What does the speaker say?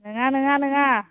नङा नङा नङा